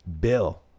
BILL